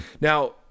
Now